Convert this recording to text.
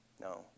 No